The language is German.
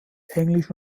englisch